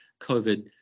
COVID